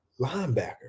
linebacker